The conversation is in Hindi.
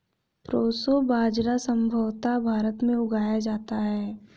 प्रोसो बाजरा संभवत भारत में उगाया जाता है